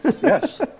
Yes